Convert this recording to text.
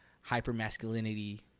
hyper-masculinity